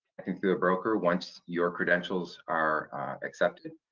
i think through a broker once your credentials are accepted.